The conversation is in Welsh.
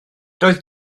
doedd